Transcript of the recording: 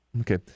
Okay